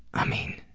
i mean.